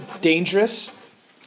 dangerous